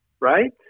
Right